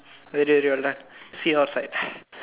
really really well done see you outside